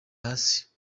hasi